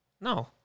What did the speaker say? no